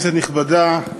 כנסת נכבדה,